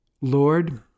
Lord